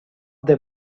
they